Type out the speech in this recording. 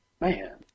Man